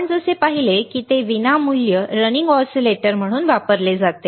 आपण जसे पाहिले की ते विनामूल्य रनिंग ऑसिलेटर म्हणून वापरले जाते